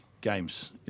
games